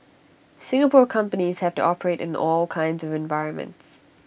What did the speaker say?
Singapore companies have to operate in all kinds of environments